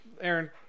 Aaron